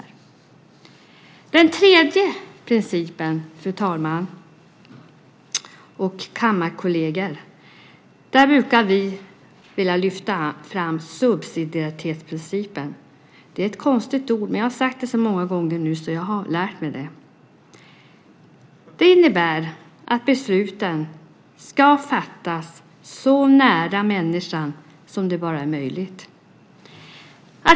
För det tredje, fru talman och kammarkolleger, brukar vi vilja lyfta fram subsidiaritetsprincipen. Det är ett konstigt ord, men jag har sagt det så många gånger nu att jag har lärt mig det. Det innebär att besluten ska fattas så nära människan som det bara är möjligt.